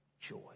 joy